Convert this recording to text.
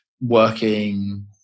working